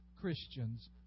Christians